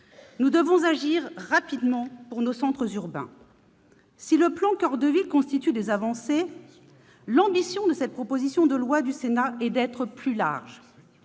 Nous devons agir rapidement pour nos centres urbains. Si le plan « Action coeur de ville » comprend des avancées, l'ambition de cette proposition de loi du Sénat est plus large.